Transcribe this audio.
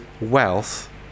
wealth